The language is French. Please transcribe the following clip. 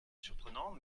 surprenant